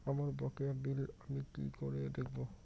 আমার বকেয়া বিল আমি কি করে দেখব?